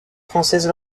française